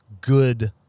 good